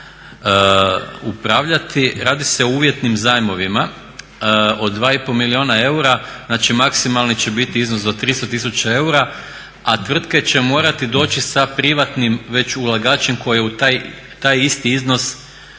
upravljati radi se o uvjetnim zajmovima od 2,5 milijuna eura, znači maksimalni će biti iznos do 300 tisuća eura, a tvrtke će morati doći sa privatnim već ulagačem koji je taj isti iznos